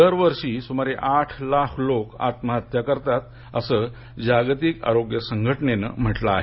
दरवर्षी सुमारे आठ लाख लोक आत्महत्या करतात असं जागतिक आरोग्य संघटनेनं म्हटलं आहे